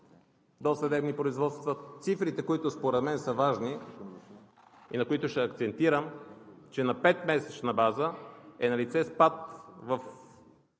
досъдебни производства. Цифрите, които според мен са важни и на които ще акцентирам, че на 5-месечна база е налице спад в